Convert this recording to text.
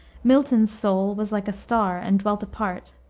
milton's soul was like a star and dwelt apart,